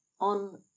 on